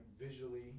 visually